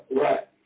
Right